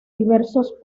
diversos